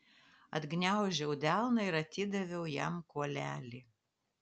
atgniaužiau delną ir atidaviau jam kuolelį